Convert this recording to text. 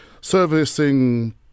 servicing